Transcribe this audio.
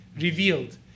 revealed